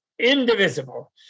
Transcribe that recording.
indivisible